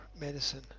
medicine